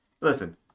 listen